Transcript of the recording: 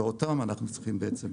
ואותם אנחנו צריכים בעצם